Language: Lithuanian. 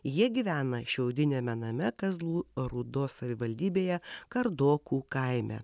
jie gyvena šiaudiniame name kazlų rūdos savivaldybėje kardokų kaime